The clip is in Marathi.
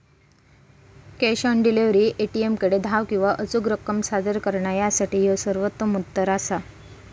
कॅश ऑन डिलिव्हरी, ए.टी.एमकडे धाव किंवा अचूक रक्कम सादर करणा यासाठी ह्यो सर्वोत्तम उत्तर असा